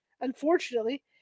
Unfortunately